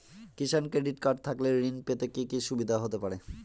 কিষান credit card থাকলে ঋণ পেতে কি কি সুবিধা হতে পারে?